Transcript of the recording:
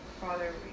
Father